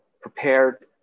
prepared